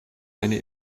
eine